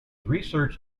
research